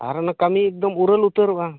ᱟᱨ ᱚᱱᱟ ᱠᱟᱹᱢᱤ ᱮᱠᱫᱚ ᱩᱨᱟᱹᱞ ᱩᱛᱟᱹᱨ ᱚᱜᱼᱟ